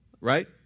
right